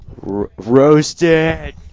Roasted